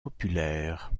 populaire